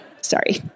Sorry